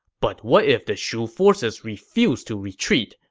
but what if the shu forces refuse to retreat?